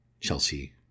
Chelsea